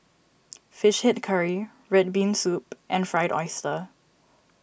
Fish Head Curry Red Bean Soup and Fried Oyster